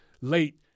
late